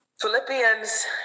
Philippians